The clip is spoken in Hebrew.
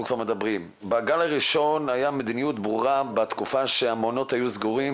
בגל הראשון הייתה מדיניות ברורה בתקופה שהמעונות היו סגורים.